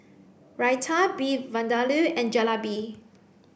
Raita Beef Vindaloo and Jalebi